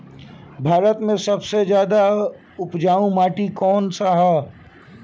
भारत मे सबसे ज्यादा उपजाऊ माटी कउन सा ह?